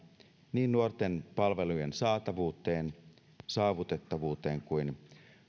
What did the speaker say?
niin nuorten palvelujen saatavuuteen saavutettavuuteen kuin